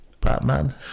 Batman